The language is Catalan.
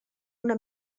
una